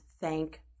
thank